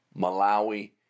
Malawi